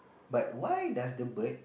but why does the bird